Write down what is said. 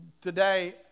Today